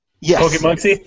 Yes